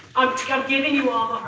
i'm giving you all